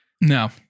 No